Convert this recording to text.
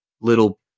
little